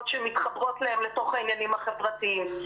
שמתחברות להם לתוך העניינים החברתיים,